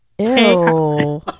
Ew